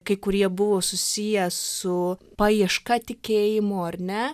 kai kurie buvo susiję su paieška tikėjimo ar ne